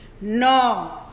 No